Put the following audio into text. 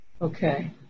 Okay